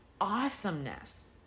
awesomeness